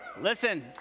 Listen